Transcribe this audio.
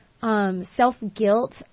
self-guilt